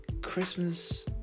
Christmas